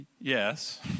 Yes